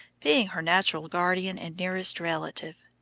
being her natural guardian and nearest relative.